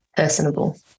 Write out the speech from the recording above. Personable